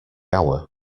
hour